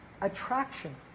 Attraction